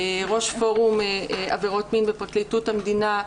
ראש פורום עבירות מין בפרקליטות המדינה,